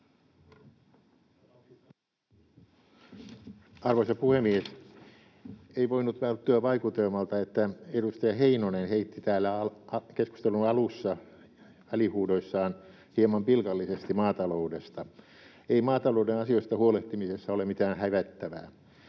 Arvoisa puhemies! Ei voinut välttyä vaikutelmalta, että edustaja Heinonen heitti täällä keskustelun alussa välihuudoissaan hieman pilkallisesti maataloudesta. Ei maatalouden asioista huolehtimisessa ole mitään hävettävää.